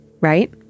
right